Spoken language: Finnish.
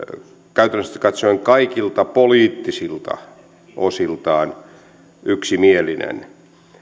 käytännöllisesti katsoen kaikilta poliittisilta osiltaan yksimielinen